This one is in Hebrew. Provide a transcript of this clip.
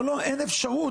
לא, אין אפשרות.